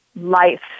life